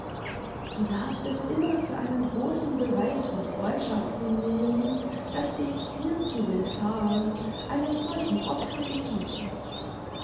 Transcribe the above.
du darfst es immer für einen großen beweis von freundschaft hinnehmen daß ich dir zu willfahren einen solchen ort